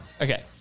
Okay